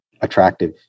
attractive